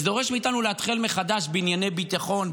זה דורש מאיתנו לאתחל מחדש בענייני ביטחון,